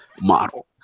model